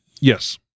Yes